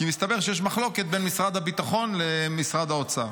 כי מסתבר שיש מחלוקת בין משרד הביטחון למשרד האוצר.